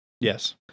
Yes